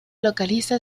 localiza